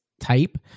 type